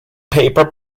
paper